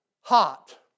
hot